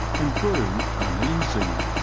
and grew un easy